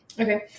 okay